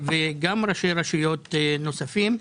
וראשי רשויות נוספים.